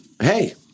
Hey